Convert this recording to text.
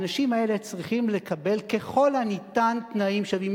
האנשים האלה צריכים לקבל, ככל הניתן, תנאים שווים.